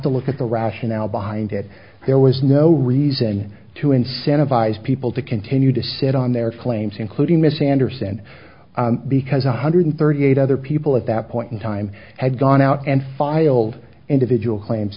to look at the rationale behind it there was no reason to incentivize people to continue to sit on their claims including miss anderson because one hundred thirty eight other people at that point in time had gone out and filed individual cla